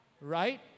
Right